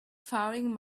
faring